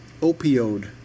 Opioid